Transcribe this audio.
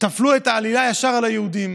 טפלה את העלילה ישר על היהודים.